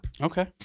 okay